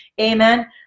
Amen